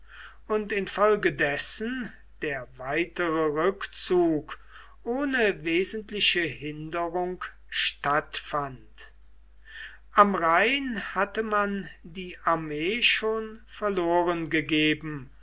und infolgedessen der weitere rückzug ohne wesentliche hinderung stattfand am rhein hatte man die armee schon verloren gegeben